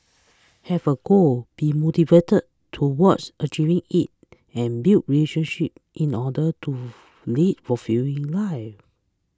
have a goal be motivated towards achieving it and build relationships in order to lead fulfilling lives